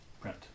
print